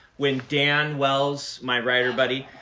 when dan wells, my writer buddy,